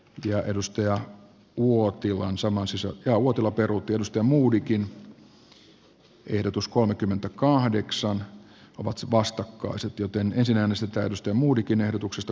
jo edustaja vuoti vähän sama sisu ja uotila johanna karimäen ehdotus kolmekymmentäkahdeksan ovat vastakkaiset joten he sinänsä täystomuudenkin ehdotuksesta